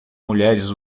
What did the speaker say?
mulheres